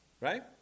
right